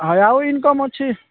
ହେଉ ଆଉ ଇନକମ୍ ଅଛି